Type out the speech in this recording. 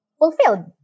fulfilled